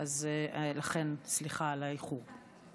לכן, סליחה על האיחור.